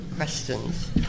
Questions